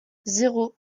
zéro